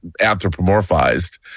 anthropomorphized